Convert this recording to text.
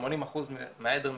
שמונים אחוז מהעדר מפילים.